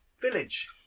village